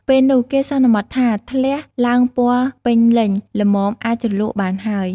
ពេលនោះ គេសន្មតថា ធ្លះឡើងពណ៌ពេញលេញ ល្មមអាចជ្រលក់បានហើយ។